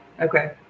Okay